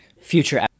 Future